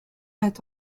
est